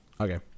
Okay